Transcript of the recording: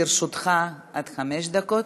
לרשותך עד חמש דקות.